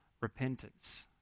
repentance